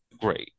Great